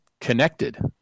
connected